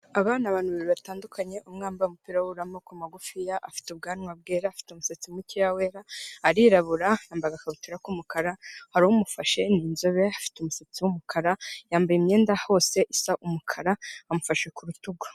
Aba ni bantu babiri batandukanye umwe yambaye umupira wubururu w' amaboko magufi afite ubwanwa bwera afite umusatsi muke wera arirabura yambaye agakabutura k'umukara ,hari umufashe ni inzobe afite umusatsi wumukara yambaye imyenda hose isa umukara bamufashe ku rutugu .